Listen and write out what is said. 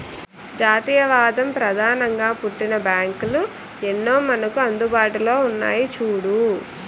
జాతీయవాదం ప్రధానంగా పుట్టిన బ్యాంకులు ఎన్నో మనకు అందుబాటులో ఉన్నాయి చూడు